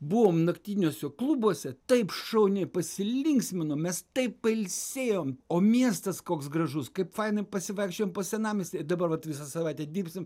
buvom naktiniuose klubuose taip šauniai pasilinksminom mes taip pailsėjom o miestas koks gražus kaip fainai pasivaikščiojom po senamiestį dabar vat visą savaitę dirbsim